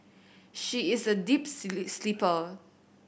she is a deeps sleeper